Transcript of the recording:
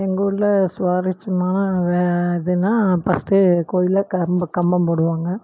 எங்கள் ஊர்ல சுவாரஸ்யமான இதுன்னால் பஸ்ட்டு கோயில்ல கம்ப கம்பம் போடுவாங்கள்